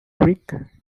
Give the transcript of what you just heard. rick